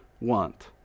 want